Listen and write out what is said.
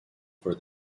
for